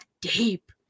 deep